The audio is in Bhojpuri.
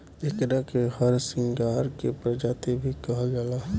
एकरा के हरसिंगार के प्रजाति भी कहल जाला